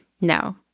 No